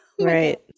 Right